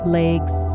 legs